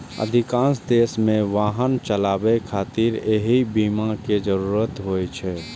अधिकांश देश मे वाहन चलाबै खातिर एहि बीमा के जरूरत होइ छै